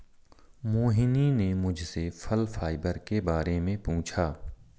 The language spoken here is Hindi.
मोहिनी ने मुझसे फल फाइबर के बारे में पूछा